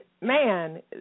man